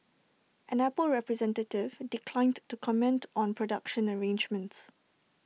an Apple representative declined to comment on production arrangements